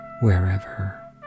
Wherever